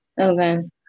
Okay